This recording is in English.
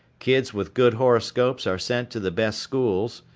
kids with good horoscopes are sent to the best schools,